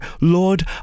Lord